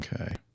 Okay